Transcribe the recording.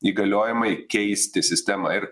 įgaliojimai keisti sistemą ir